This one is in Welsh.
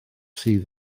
sydd